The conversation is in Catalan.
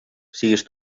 sigues